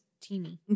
teeny